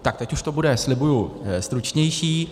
Tak teď už to bude, slibuji, stručnější.